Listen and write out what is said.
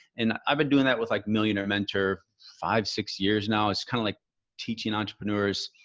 and i've been doing that with like millionaire mentor five, six years now. it's kind of like teaching entrepreneurs,